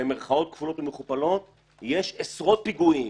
במירכאות כפולות ומכופלות, יש עשרות פיגועים.